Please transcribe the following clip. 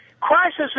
Crisis